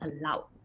aloud